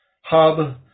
hub